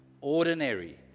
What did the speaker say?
ordinary